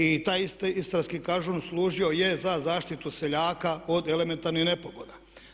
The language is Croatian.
I taj istarski kažun služio je za zaštitu seljaka od elementarnih nepogoda.